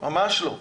ממש לא.